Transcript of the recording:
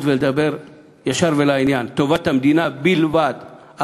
ולדבר ישר ולעניין: טובת המדינה בלבד,